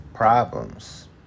Problems